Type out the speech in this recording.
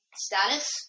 status